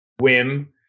whim